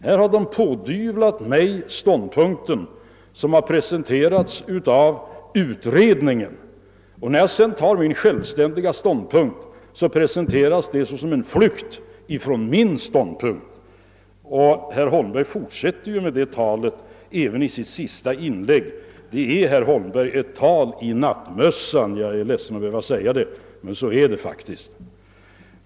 Här har det pådyvlats mig det ställningstagande som presenterats av utredningen, och när jag sedan självständigt tar ståndpunkt presenteras detta som en flykt från min sida. Herr Holmberg fortsatte med det talet även i sitt senaste inlägg, men det är ett tal i nattmössan; jag är ledsen att behöva säga det, men så är det faktiskt.